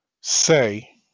say